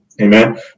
Amen